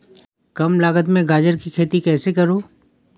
कम लागत में गाजर की खेती कैसे करूँ?